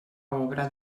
obra